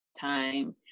time